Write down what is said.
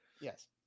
Yes